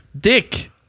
Dick